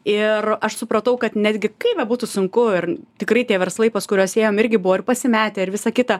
ir aš supratau kad netgi kaip bebūtų sunku ir tikrai tie verslai pas kuriuos ėjom irgi buvo pasimetę ir visa kita